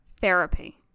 therapy